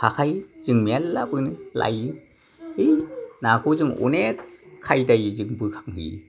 हाखायो जों मेरला बोनो लायो है नाखौ जों अनेक खायदायै जों बोखांहैयो